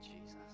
Jesus